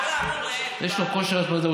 יש לו כושר התמדה.